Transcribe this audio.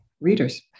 readers